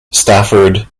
stafford